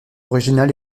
original